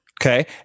Okay